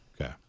Okay